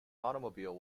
automobile